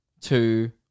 two